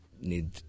need